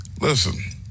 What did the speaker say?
listen